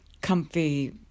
comfy